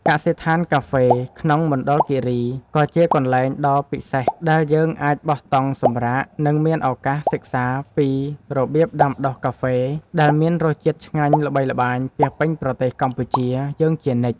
កសិដ្ឋានកាហ្វេក្នុងមណ្ឌលគីរីក៏ជាកន្លែងដ៏ពិសេសដែលយើងអាចបោះតង់សម្រាក និង មានឱកាសសិក្សាពីរបៀបដាំដុះកាហ្វេដែលមានរសជាតិឆ្ងាញ់ល្បីល្បាញពាសពេញប្រទេសកម្ពុជាយើងជានិច្ច។